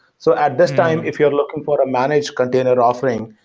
so at this time, if you're looking for a managed container offering,